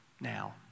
now